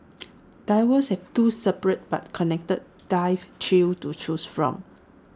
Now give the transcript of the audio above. divers have two separate but connected dive trails to choose from